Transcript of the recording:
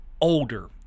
older